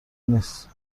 نیست